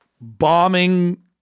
bombing